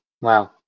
Wow